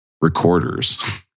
recorders